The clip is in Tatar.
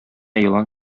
елан